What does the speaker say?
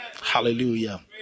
Hallelujah